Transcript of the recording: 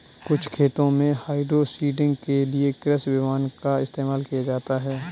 कुछ खेतों में हाइड्रोसीडिंग के लिए कृषि विमान का इस्तेमाल किया जाता है